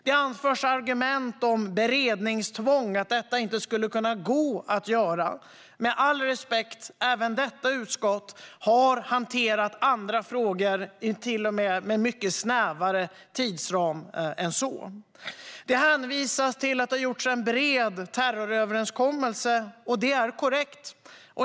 Det anförs argument om beredningstvång, att detta inte skulle kunna gå att göra. Med all respekt: Även detta utskott har hanterat andra frågor med till och med mycket snävare tidsram än så. Det hänvisas till att det gjorts en bred terroröverenskommelse, och det är korrekt.